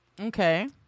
Okay